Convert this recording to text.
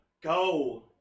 go